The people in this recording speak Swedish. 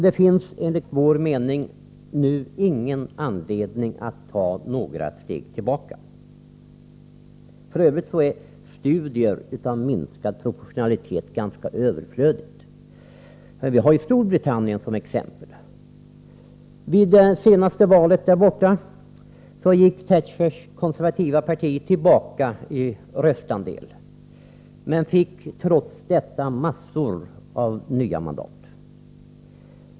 Det finns enligt vår mening ingen anledning att ta några steg tillbaka. Studier av minskad proportionalitet är f. ö. ganska överflödiga. Vi har ju Storbritannien som exempel. Vid det senaste valet där gick Thatchers konservativa parti tillbaka i röstandel, men fick trots detta mängder av nya mandat.